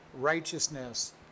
righteousness